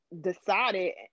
decided